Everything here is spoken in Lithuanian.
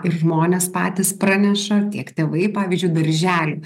ir žmonės patys praneša tiek tėvai pavyzdžiui darželiai